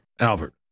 Albert